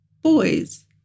boys